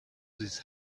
this